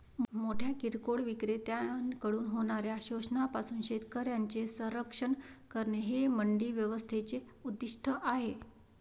मोठ्या किरकोळ विक्रेत्यांकडून होणाऱ्या शोषणापासून शेतकऱ्यांचे संरक्षण करणे हे मंडी व्यवस्थेचे उद्दिष्ट आहे